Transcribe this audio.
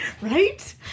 Right